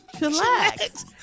relax